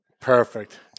Perfect